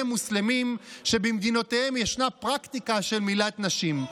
מוסלמים שבמדינותיהם ישנה פרקטיקה של מילת נשים".